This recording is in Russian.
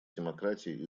демократий